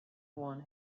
one